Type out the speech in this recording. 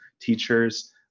teachers